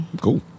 Cool